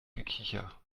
gekicher